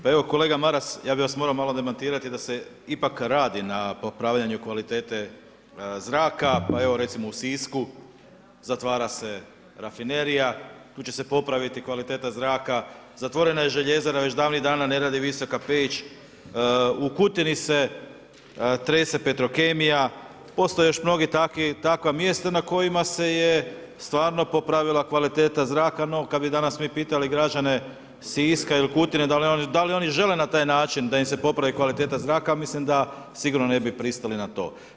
Pa evo kolega Maras, ja bi vas morao malo demantirati da se ipak radi na popravljanju kvalitete zraka pa evo recimo u Sisku zatvara se rafinerija, tu će se popraviti kvaliteta zraka, zatvorena je željezara, već davnih dana ne radi visoka peć, u Kutini se trese Petrokemija, postoje još mnoga takva mjesta na kojima se je stvarno popravila kvaliteta zraka no kad bi danas mi pitali građane Siska ili Kutine da li oni žele na taj način da im se popravi kvaliteta zraka, mislim da sigurno ne bi pristali na to.